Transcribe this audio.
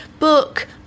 Book